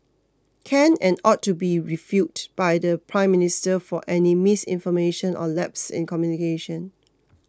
can and ought to be refuted by the Prime Minister for any misinformation or lapses in communication